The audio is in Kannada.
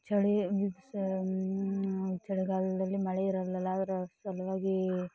ಚಳಿ ಮುಗಿಸಿ ಚಳಿಗಾಲದಲ್ಲಿ ಮಳೆ ಇರಲ್ಲಲ್ಲ ಅದರ ಸಲುವಾಗಿ